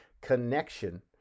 Connection